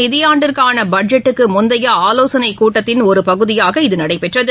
நிதியாண்டிற்கானபட்ஜெட்டுக்குமுந்தையஆலோசனைக்கூட்டத்தின் வரும் ஒருபகுதியாக இது நடைபெற்றது